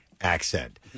accent